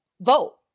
vote